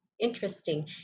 interesting